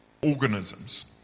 organisms